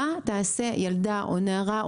מה תעשה ילדה או נערה,